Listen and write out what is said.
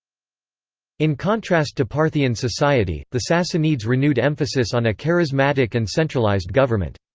in contrast to parthian society, the sassanids renewed emphasis on a charismatic and centralized government.